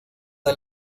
del